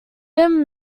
him